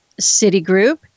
Citigroup